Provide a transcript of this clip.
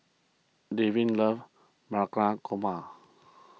Delvin loves Korma